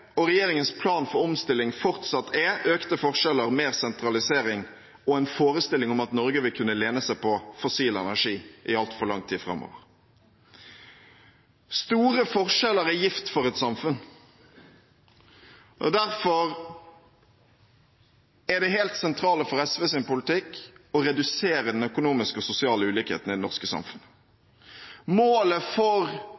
og regjeringens plan for omstilling fortsatt er økte forskjeller, mer sentralisering og en forestilling om at Norge vil kunne lene seg på fossil energi i altfor lang tid framover. Store forskjeller er gift for et samfunn, og derfor er det helt sentrale for SVs politikk å redusere den økonomiske og sosiale ulikheten i det norske samfunnet. Målet for